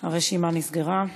הרשימה נסגרה.